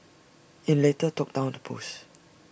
IT later took down the post